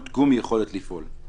נותקו מיכולת לפעול.